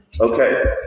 Okay